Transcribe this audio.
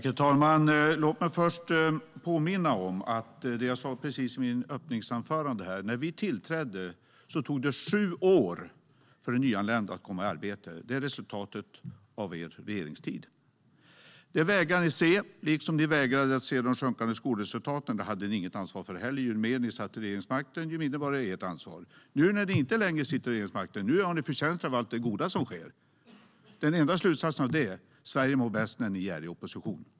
Herr talman! Låt mig först påminna om det jag sa i mitt öppningsanförande. När vi tillträdde tog det sju år för en nyanländ att komma i arbete. Det är resultatet av er regeringstid. Det vägrade ni att se, liksom ni vägrade att se de sjunkande skolresultaten. Det hade ni inget ansvar för heller. Ju mer ni satt vid regeringsmakten, desto mindre var det ert ansvar. Nu när ni inte längre sitter vid regeringsmakten får ni förtjänst av allt det goda som sker. Den enda slutsatsen av detta är att Sverige mår bäst när ni är i opposition.